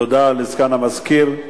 תודה לסגן המזכיר.